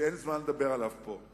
שאין זמן לדבר עליו פה.